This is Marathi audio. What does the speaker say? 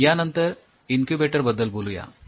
यानंतर इन्क्युबेटर बद्दल बोलूया